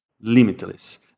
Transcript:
limitless